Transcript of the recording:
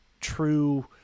true